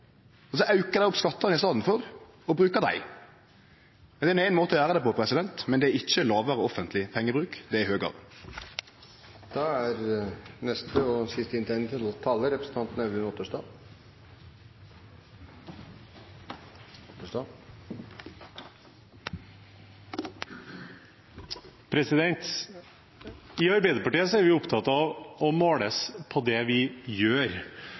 Så aukar dei skattane i staden – og brukar dei. Det er ein måte å gjere det på, men det er ikkje lågare offentleg pengebruk, det er høgare. I Arbeiderpartiet er vi opptatt av å måles på det vi gjør. Derfor er dette en fin referansebane å se tilbake på: Hvordan var det da en gikk inn i regjeringskontorene, og hvordan er det